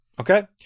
Okay